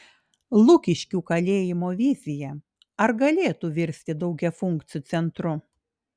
lukiškių kalėjimo vizija ar galėtų virsti daugiafunkciu centru